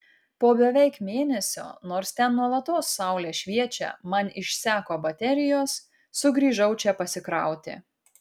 po beveik mėnesio nors ten nuolatos saulė šviečia man išseko baterijos sugrįžau čia pasikrauti